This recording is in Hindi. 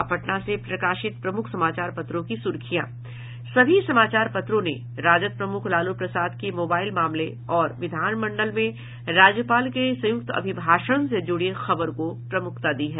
अब पटना से प्रकाशित प्रमुख समाचार पत्रों की सुर्खियां सभी समाचार पत्रों ने राजद प्रमुख लालू प्रसाद के मोबाइल मामले और विधानमंडल में राज्यपाल के संयुक्त अभिभाषण से जुड़ी खबर को प्रमुखता दी है